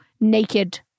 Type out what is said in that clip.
naked